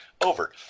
over